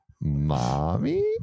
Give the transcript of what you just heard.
Mommy